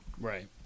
Right